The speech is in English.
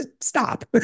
stop